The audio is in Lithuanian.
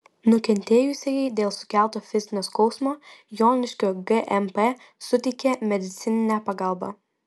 nukentėjusiajai dėl sukelto fizinio skausmo joniškio gmp suteikė medicininę pagalbą